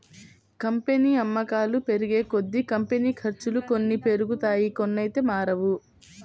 company అమ్మకాలు పెరిగేకొద్దీ, company ఖర్చులు కొన్ని పెరుగుతాయి కొన్నైతే మారవు